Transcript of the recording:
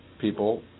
people